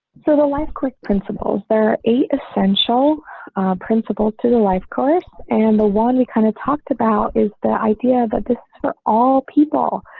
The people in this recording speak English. so the last quick principles. there are eight essential principles to the life course and the one we kind of talked about is the idea that this for all people.